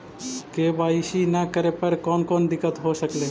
KYC न करे पर कौन कौन दिक्कत हो सकले हे?